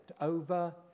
over